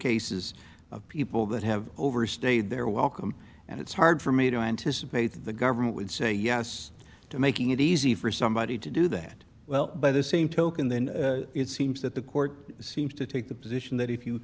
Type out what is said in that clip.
cases of people that have overstayed their welcome and it's hard for me to anticipate that the government would say yes to making it easy for somebody to do that well by the same token then it seems that the court seems to take the position that if you